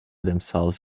themselves